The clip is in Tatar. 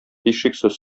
һичшиксез